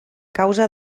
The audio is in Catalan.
causa